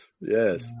yes